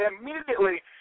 immediately